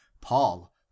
paul